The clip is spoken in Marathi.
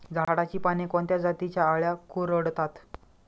झाडाची पाने कोणत्या जातीच्या अळ्या कुरडतात?